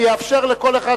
אני אאפשר לכל אחד,